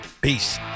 Peace